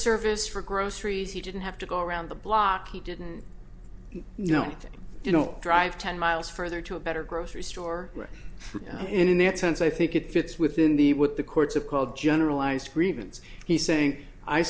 service for groceries he didn't have to go around the block he didn't you know i think you know drive ten miles further to a better grocery store right in that sense i think it fits within the what the courts have called generalized grievance he saying i